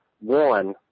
one